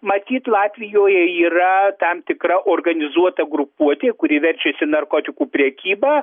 matyt latvijoje yra tam tikra organizuota grupuotė kuri verčiasi narkotikų prekyba